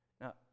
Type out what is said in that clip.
Now